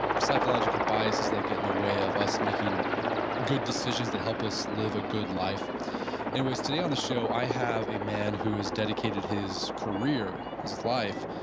psychological biases that get in the way of us making good decisions that help us live a good life anyways, today on the show, i have a man who has dedicated his career, his life,